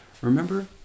Remember